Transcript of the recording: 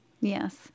Yes